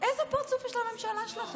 איזה פרצוף יש לממשלה שלכם?